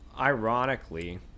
ironically